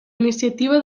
iniciativa